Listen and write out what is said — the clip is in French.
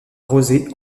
rosée